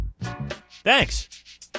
Thanks